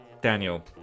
Daniel